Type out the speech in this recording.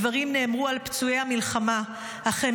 הדברים נאמרו על פצועי המלחמה אך הם